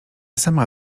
sama